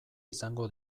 izango